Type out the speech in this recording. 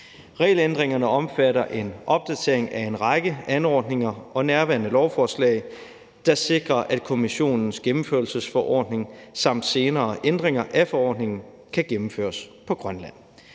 Regelændringerne omfatter en opdatering af en række anordninger og nærværende lovforslag, der sikrer, at Kommissionens gennemførelsesforordning samt senere ændringer af forordningen kan gennemføres på Grønland.